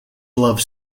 love